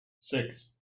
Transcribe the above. six